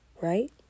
right